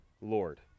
Lord